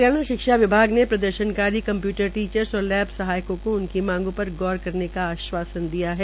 हरियाणा शिक्षा विभाग ने प्रदर्शकारी कम्प्यूटर टीचर्स और लैब सहायकों को उनकी मांग पर गौर करने का आश्वासन दिया है